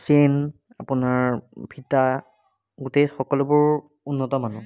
chain আপোনাৰ ফিটা গোটেই সকলোবোৰ উন্নত মানৰ